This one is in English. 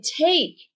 take